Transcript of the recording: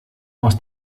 aus